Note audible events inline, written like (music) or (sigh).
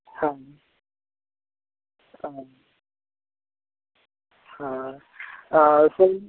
हँ हँ हँ (unintelligible)